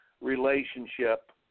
relationship